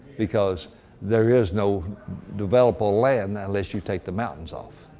because there is no developable land unless you take the mountains off.